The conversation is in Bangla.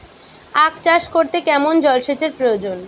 আখ চাষ করতে কেমন জলসেচের প্রয়োজন?